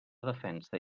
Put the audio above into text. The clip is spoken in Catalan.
defensa